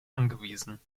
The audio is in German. angewiesen